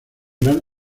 gran